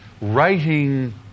Writing